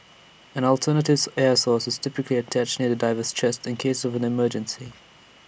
an alternative air source is typically attached near the diver's chest in case of an emergency